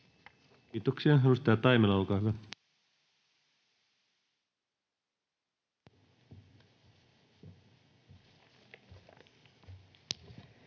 Kiitoksia. — Edustaja Taimela, olkaa hyvä.